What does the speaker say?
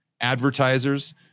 advertisers